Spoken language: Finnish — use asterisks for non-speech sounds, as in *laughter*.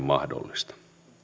*unintelligible* mahdollista